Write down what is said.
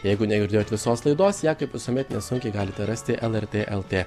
jeigu negirdėjot visos laidos ją kaip visuomet nesunkiai galite rasti lrt lt